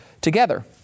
together